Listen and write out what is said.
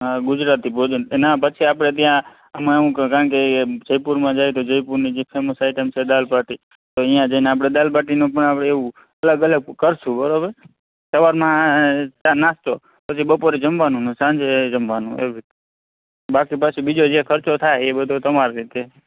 હા ગુજરાતી ભોજન પછી ના આપણે ત્યાં આમાં શું કે કારણ કે જયપુરમાં જાય તો જયપુરની જે ફેમસ આઈટમ છે દાલ બાટી તો ત્યાં જઈને આપણે દાલ બાટીનું પણ એવું અલગ અલગ કરીશું બરોબર સવારમાં ચા નાસ્તો પછી બપોરમાં જમવાનું અને સાંજે જમવાનું એવી રીતે બાકી પછી બીજો જે ખર્ચો થાય એ બધો તમારી રીતે